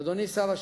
אדוני שר השיכון,